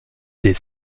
des